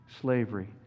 slavery